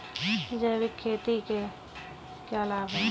जैविक खेती के क्या लाभ हैं?